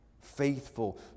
faithful